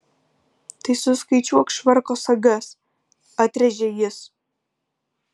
tai suskaičiuok švarko sagas atrėžė jis